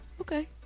Okay